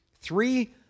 three